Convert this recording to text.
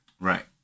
Right